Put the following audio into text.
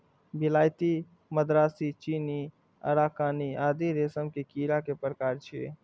विलायती, मदरासी, चीनी, अराकानी आदि रेशम के कीड़ा के प्रकार छियै